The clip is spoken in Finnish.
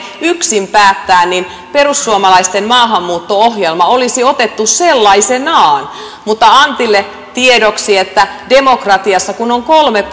yksin päättää niin perussuomalaisten maahanmuutto ohjelma olisi otettu sellaisenaan mutta antille tiedoksi että demokratiassa kun on kolme